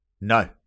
no